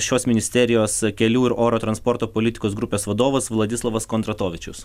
šios ministerijos kelių ir oro transporto politikos grupės vadovas vladislovas kondratovičius